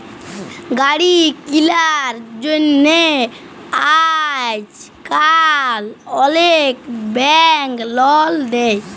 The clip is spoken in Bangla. গাড়ি কিলার জ্যনহে আইজকাল অলেক ব্যাংক লল দেই